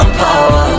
power